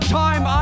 time